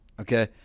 okay